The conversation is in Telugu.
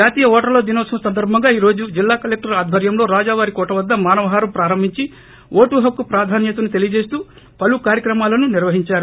జాతీయ ఓటర్ల దినోత్సవం సందర్బంగా ఈ రోజు జిల్లా కలెక్టర్ ఆధ్వర్యంలో రాజావారి కోట వద్ద మానవహారం ప్రారంభించి ఓటుహక్కు ప్రాధాన్యతను తెలియజేస్తూ పలు కార్యక్రమాలను నిర్వహించారు